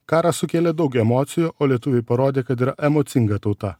karas sukėlė daug emocijų o lietuviai parodė kad yra emocinga tauta